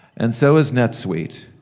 and so has netsuite.